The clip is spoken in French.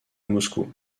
moscou